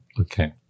Okay